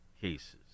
Cases